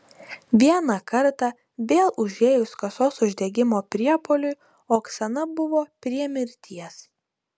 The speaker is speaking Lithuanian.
vieną kartą vėl užėjus kasos uždegimo priepuoliui oksana buvo prie mirties